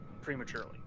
prematurely